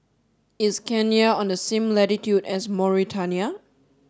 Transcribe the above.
is Kenya on the same latitude as Mauritania